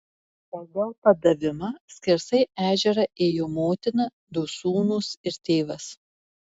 pagal padavimą skersai ežerą ėjo motina du sūnūs ir tėvas